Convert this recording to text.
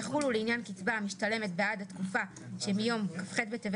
יחולו לעניין קצבה המשתלמת בעד התקופה שמיום כ"ח בטבת